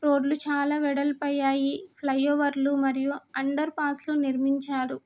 రోడ్లు చాలా వెడల్పు అయ్యాయి ఫ్లైఓవర్లు మరియు అండర్పాస్లు నిర్మించారు